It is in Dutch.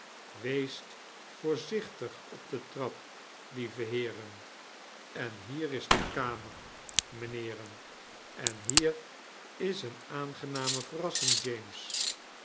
weest voorzichtig op de trap lieve heeren en hier is de kamer meneeren en hier is eene aangename verrassing james